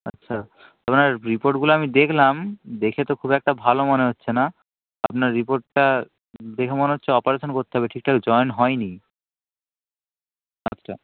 আচ্ছা আপনার রিপোর্টগুলো আমি দেখলাম দেখে তো খুব একটা ভালো মনে হচ্ছে না আপনার রিপোর্টটা দেখে মনে হচ্ছে অপারেশান করতে হবে ঠিকঠাক জয়েন হয়নি হাতটা